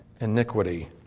iniquity